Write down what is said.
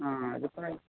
ആ ഇതിപ്പോൾ